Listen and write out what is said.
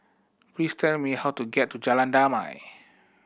please tell me how to get to Jalan Damai